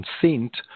consent